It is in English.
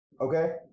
okay